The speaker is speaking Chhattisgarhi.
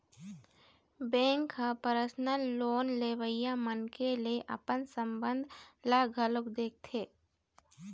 बेंक ह परसनल लोन लेवइया मनखे ले अपन संबंध ल घलोक देखथे